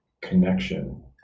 connection